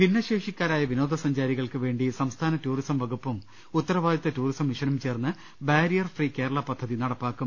ഭിന്നശേഷിക്കാരായ വിനോദ സഞ്ചാരികൾക്ക് വേണ്ടി സംസ്ഥാന ടൂറിസം വകുപ്പും ഉത്തരവാദിത്വ ടൂറിസം മിഷനും ചേർന്ന് ബാരിയർ ഫ്രീ കേരള പദ്ധതി നടപ്പാക്കും